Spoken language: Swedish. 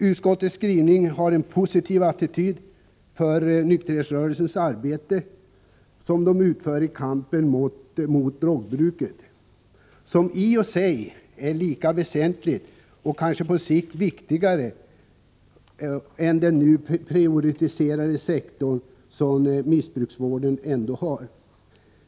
Utskottets skrivning visar en positiv attityd till nykterhetsrörelsens arbete, som utförs i kampen mot drogmissbruket och som i sig är lika väsentligt och kanske på sikt viktigare än den nu prioriterade sektor som missbrukarvården är.